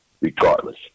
regardless